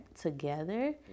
together